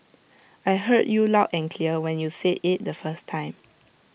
I heard you loud and clear when you said IT the first time